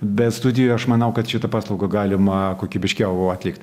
bet studijoj aš manau kad šitą paslaugą galima kokybiškiau atlikt